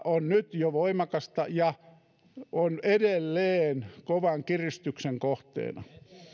on nyt jo voimakasta ja on edelleen kovan kiristyksen kohteena